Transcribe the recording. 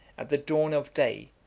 at the dawn of day,